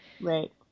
Right